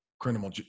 criminal